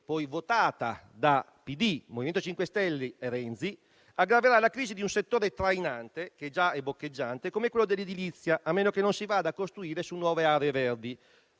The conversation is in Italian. poi votata da PD, MoVimento 5 Stelle e Renzi aggraverà la crisi di un settore trainante, che già è boccheggiante, come quello dell'edilizia, a meno che non si vada a costruire su nuove aree verdi.